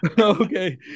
Okay